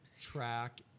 track